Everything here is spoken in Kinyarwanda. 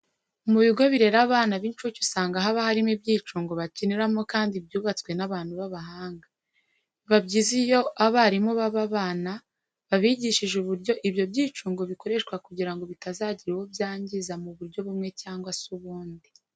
Mu bigo birera abana b'incuke usanga haba hari ibyicungo bakiniramo kandi byubatswe n'abantu b'abahanga. Biba byiza iyo abarimu baba bana babigishije uburyo ibyo byicungo bikoreshwa kugira ngo bitazagira uwo byangiza mu buryo bumwe cyangwa se ubundi.